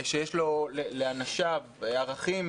שיש לאנשיו ערכים,